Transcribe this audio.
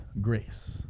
grace